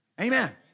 Amen